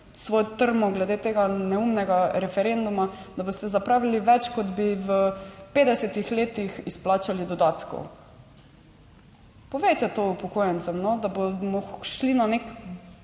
svojo trmo glede tega neumnega referenduma, da boste zapravili več kot bi v 50 letih izplačali dodatkov. Povejte to upokojencem, no, da bomo šli na nek